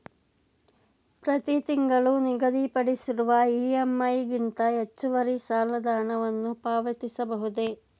ಪ್ರತಿ ತಿಂಗಳು ನಿಗದಿಪಡಿಸಿರುವ ಇ.ಎಂ.ಐ ಗಿಂತ ಹೆಚ್ಚುವರಿ ಸಾಲದ ಹಣವನ್ನು ಪಾವತಿಸಬಹುದೇ?